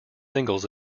singles